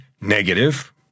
Negative